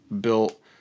built